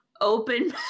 open